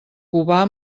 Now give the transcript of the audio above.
cubà